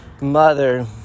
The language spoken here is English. mother